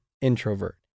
introvert